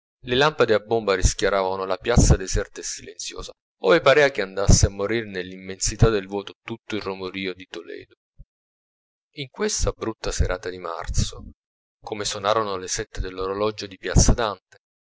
le lampade a bomba rischiaravano la piazza deserta e silenziosa ove pareva che andasse a morire nell'immensità del vuoto tutto il romorio di toledo in questa brutta serata di marzo come sonarono le sette all'orologio di piazza dante